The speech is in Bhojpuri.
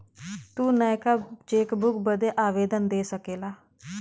तू नयका चेकबुक बदे आवेदन दे सकेला